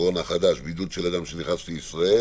הקורונה החדש (בידוד של אדם שנכנס לישראל)